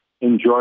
enjoy